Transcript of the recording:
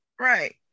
Right